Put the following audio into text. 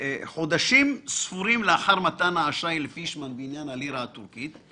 חודשים ספורים לאחר מתן האשראי לפישמן בעניין הלירה הטורקית,